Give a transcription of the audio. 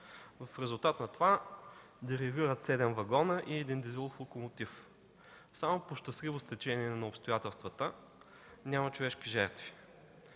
В резултат на това дерайлират седем вагона и дизеловият локомотив. Само по щастливо стечение на обстоятелствата няма човешки жертви.